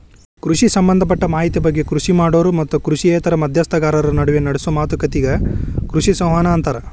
ಕೃಷಿ ಸಂಭದಪಟ್ಟ ಮಾಹಿತಿ ಬಗ್ಗೆ ಕೃಷಿ ಮಾಡೋರು ಮತ್ತು ಕೃಷಿಯೇತರ ಮಧ್ಯಸ್ಥಗಾರರ ನಡುವ ನಡೆಸೋ ಮಾತುಕತಿಗೆ ಕೃಷಿ ಸಂವಹನ ಅಂತಾರ